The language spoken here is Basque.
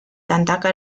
tantaka